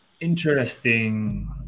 interesting